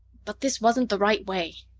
but this wasn't the right way.